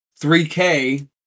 3k